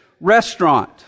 restaurant